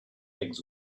eggs